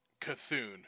Cthulhu